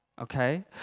Okay